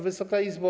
Wysoka Izbo!